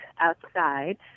outside